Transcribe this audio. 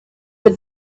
the